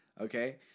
Okay